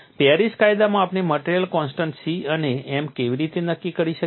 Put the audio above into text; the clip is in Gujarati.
પેરિસ કાયદામાં આપણે મટીરિયલ કોન્સ્ટન્ટ્સ C અને m કેવી રીતે નક્કી કરી શકીએ